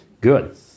Good